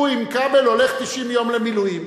הוא עם כבל הולך 90 יום למילואים,